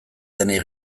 denei